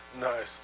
Nice